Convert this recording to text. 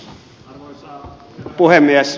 arvoisa puhemies